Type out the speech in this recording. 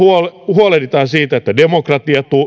huolehdimme siitä että demokratia